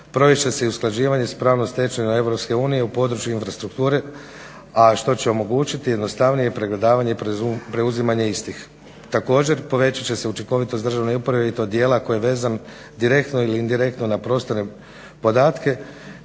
će se i usklađivanje sa pravnom stečevinom Europske unije u području infrastrukture a što će omogućiti jednostavnije pregledavanje i preuzimanje istih. Također povećati će se učinkovitost državne uprave i to dijela koji je vezan direktno i indirektno na prostorne podatke